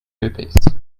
herpes